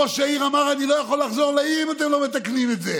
ראש העיר אמר: אני לא יכול לחזור לעיר אם אתם לא מתקנים את זה.